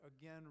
again